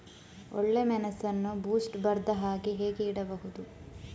ಒಳ್ಳೆಮೆಣಸನ್ನು ಬೂಸ್ಟ್ ಬರ್ದಹಾಗೆ ಹೇಗೆ ಇಡಬಹುದು?